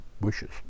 wishes